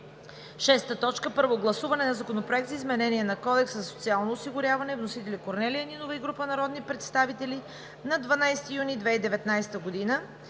2019 г. 6. Първо гласуване на Законопроекта за изменение на Кодекса за социално осигуряване. Вносител е Корнелия Нинова и група народни представители на 12 юни 2019 г.